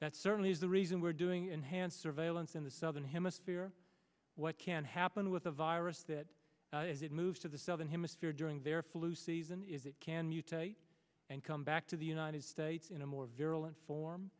that certainly is the reason we're doing enhanced surveillance in the southern hemisphere what can happen with a virus that as it moves to the southern hemisphere during their flu season is it can mutate and come back to the united states in a more virulent form